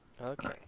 Okay